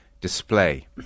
display